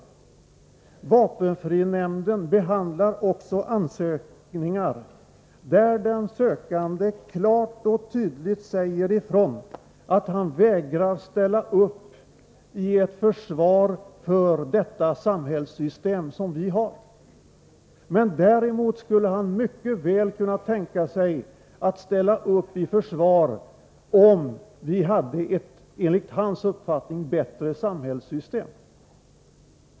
Vapenfrinämnden behandlar också ansökningar där de sökande vid utredningssamtalet klart och tydligt säger ifrån att de vägrar ställa upp i ett försvar för det samhällssystem som vi har. Däremot skulle de mycket väl kunna tänka sig att ställa upp i ett försvar, om vi hade ett enligt deras uppfattning bättre samhällssystem.